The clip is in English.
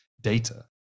data